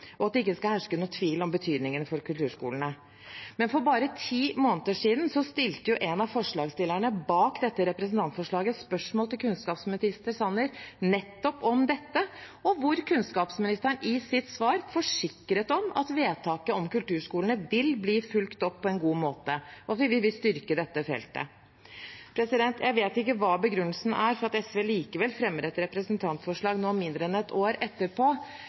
og at det ikke skal herske noen tvil om betydningen av kulturskolene. Men for bare ti måneder siden stilte jo en av forslagsstillerne bak dette representantforslaget et spørsmål til kunnskapsminister Sanner nettopp om dette, hvor kunnskapsministeren i sitt svar forsikret at vedtaket om kulturskolene vil bli fulgt opp på en god måte, og at vi vil styrke dette feltet. Jeg vet ikke hva begrunnelsen er for at SV likevel fremmer et representantforslag nå mindre enn ett år etterpå,